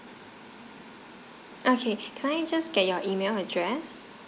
okay can I just get your email address